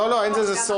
לא, אין לזה סוף.